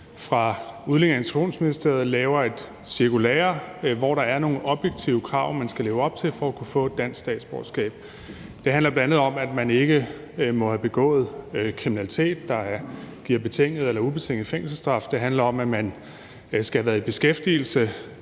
fra Udlændinge- og Integrationsministeriet laver et cirkulære, hvor der er nogle objektive krav, man skal leve op til for at kunne få et dansk statsborgerskab. Det handler bl.a. om, at man ikke må have begået kriminalitet, der giver betinget eller ubetinget fængselsstraf. Det handler om, at man skal have været i beskæftigelse